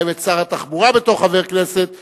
לחייב את שר התחבורה בתור חבר כנסת.